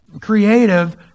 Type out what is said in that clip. creative